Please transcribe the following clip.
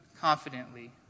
confidently